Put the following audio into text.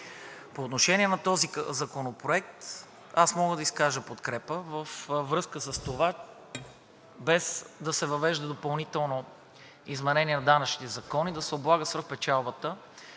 По отношение на този законопроект аз мога да изкажа подкрепа във връзка с това – без да се въвежда допълнително изменение в данъчните закони, да се облага свръхпечалбата,